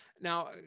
now